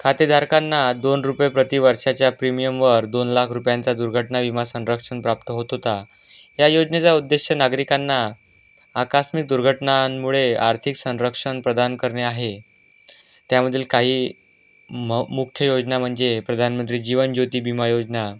खातेधारकांना दोन रुपये प्रति वर्षाच्या प्रीमियमवर दोन लाख रुपयांचा दुर्घटना विमा संरक्षण प्राप्त होत होता या योजनेचा उद्देश नागरिकांना आकस्मिक दुर्घटनांमुळे आर्थिक संरक्षण प्रदान करणे आहे त्यामधील काही म मुख्य योजना म्हणजे प्रधानमंत्री जीवन ज्योती विमा योजना